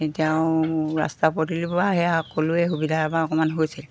এতিয়াও ৰাস্তা পদূলিবোৰ আহে সকলোৱে সুবিধাৰ বা অকণমান হৈছে